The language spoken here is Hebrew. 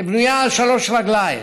כבנויה על שלוש רגליים: